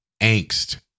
angst